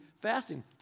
fasting